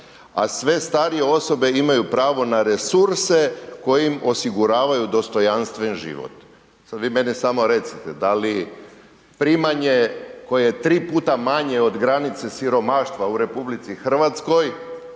a sve starije osobe imaju pravo na resurse koji im osiguravaju dostojanstven život. Sada vi meni samo recite, da li primanje koje je tri puta manje od granice siromaštva u RH osigurava